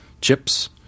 chips –